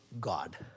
God